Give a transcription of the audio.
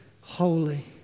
holy